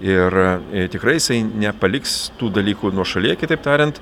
ir tikrai jisai nepaliks tų dalykų nuošalėj kitaip tariant